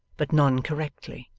but none correctly.